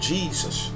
Jesus